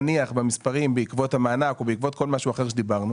נניח במספרים בעקבות המענק או בעקבות כל משהו אחר שדיברנו